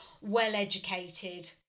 well-educated